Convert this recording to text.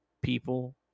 people